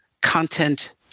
content